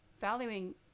valuing